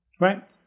Right